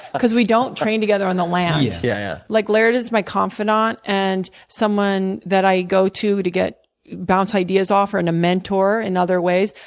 because we don't train together on the land. yeah like laird is my confidante and someone that i go to to get bounce ideas off or and a mentor in other ways,